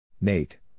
Nate